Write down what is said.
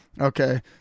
Okay